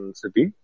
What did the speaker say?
city